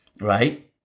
right